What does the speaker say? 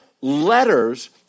Letters